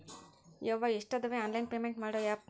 ಯವ್ವಾ ಎಷ್ಟಾದವೇ online payment ಮಾಡೋ ಆಪ್